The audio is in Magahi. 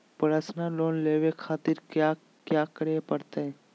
पर्सनल लोन लेवे खातिर कया क्या करे पड़तइ?